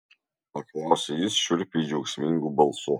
paklausė jis šiurpiai džiaugsmingu balsu